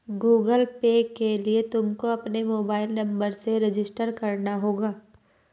Google pay के लिए तुमको अपने मोबाईल नंबर से रजिस्टर करना होगा